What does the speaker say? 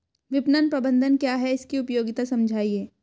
विपणन प्रबंधन क्या है इसकी उपयोगिता समझाइए?